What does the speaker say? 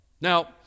Now